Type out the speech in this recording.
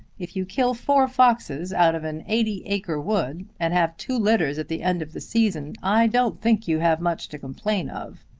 if you kill four foxes out of an eighty-acre wood, and have two litters at the end of the season, i don't think you have much to complain of.